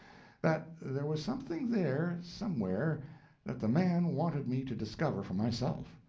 that there was something there somewhere that the man wanted me to discover for myself.